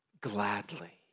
gladly